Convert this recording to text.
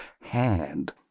hand